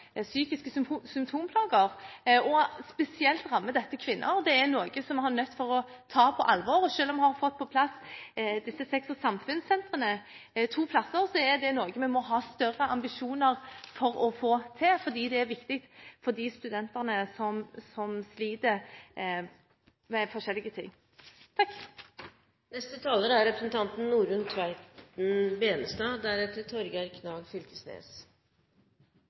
psykiske symptomplager. Spesielt rammer dette kvinner, og det er noe vi er nødt til å ta på alvor. Selv om vi har fått på plass disse Sex og Samfunn-sentrene to steder, er det noe vi må ha større ambisjoner om å få til, fordi det er viktig for de studentene som sliter med forskjellige ting.